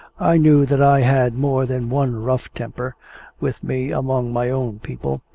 i knew that i had more than one rough temper with me among my own people,